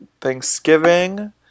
Thanksgiving